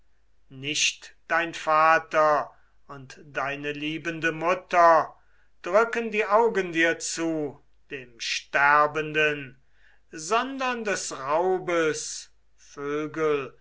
nicht dein vater und deine liebende mutter drücken die augen dir zu dem sterbenden sondern des raubes vögel